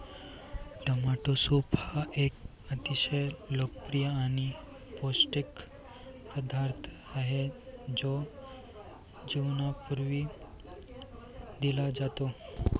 tomato soup हा एक अतिशय लोकप्रिय आणि पौष्टिक पदार्थ आहे जो जेवणापूर्वी दिला जातो